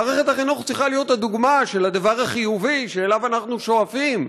מערכת החינוך צריכה להיות הדוגמה של הדבר החיובי שאליו אנחנו שואפים,